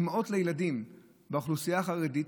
אימהות לילדים באוכלוסייה החרדית,